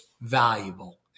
valuable